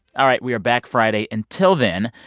all right, we are back friday. until then,